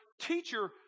teacher